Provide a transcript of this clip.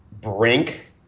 brink